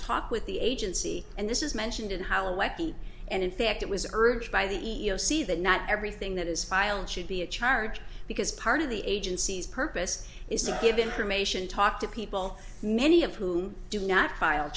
talk with the agency and this is mentioned in how wacky and in fact it was urged by the e e o c that not everything that is filed should be a charge because part of the agency's purpose is to give information talk to people many of whom do not file